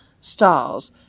stars